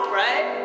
right